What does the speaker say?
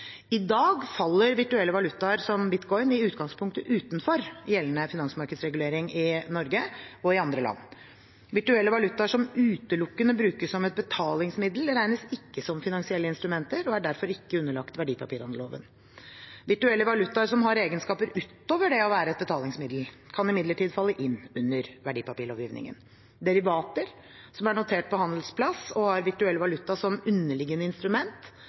I dag faller virtuelle valutaer som bitcoin i utgangspunktet utenfor gjeldende finansmarkedsregulering i Norge og i andre land. Virtuelle valutaer som utelukkende brukes som et betalingsmiddel, regnes ikke som finansielle instrumenter og er derfor ikke underlagt verdipapirhandelloven. Virtuelle valutaer som har egenskaper utover det å være et betalingsmiddel, kan imidlertid falle inn under verdipapirlovgivningen. Derivater som er notert på handelsplass og har virtuell valuta som underliggende instrument,